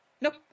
Nope